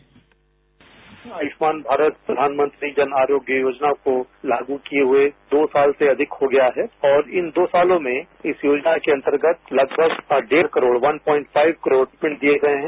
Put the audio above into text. sound bite Ayushman Bharat Pradhan Mantri Jan Arogya Yojana को लागू किए हुए दो साल से अधिक हो गया है और इन दो सालों में इस योजना के अंतर्गत लगभग डेढ़ करोड़ ऋण दिए गए हैं